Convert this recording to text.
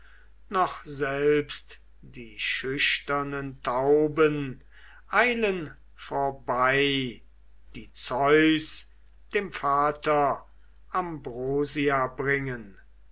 noch selbst die schüchternen tauben eilen vorbei die zeus dem vater ambrosia bringen